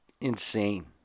insane